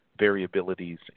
variabilities